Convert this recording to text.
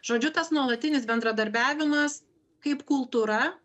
žodžiu tas nuolatinis bendradarbiavimas kaip kultūra